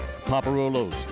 Paparolos